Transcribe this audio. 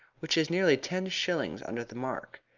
which is nearly ten shillings under the mark.